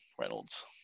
Reynolds